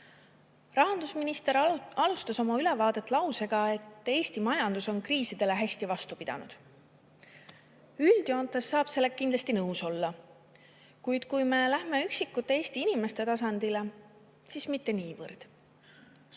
Rahandusminister alustas oma ülevaadet lausega, et Eesti majandus on kriisidele hästi vastu pidanud. Üldjoontes saab sellega kindlasti nõus olla, kuid kui me lähme üksikisikute, Eesti inimeste tasandile, siis mitte niivõrd.